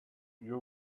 you